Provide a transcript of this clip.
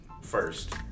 first